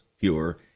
pure